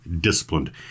disciplined